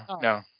no